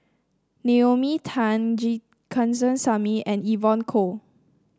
Naomi Tan G Kandasamy and Evon Kow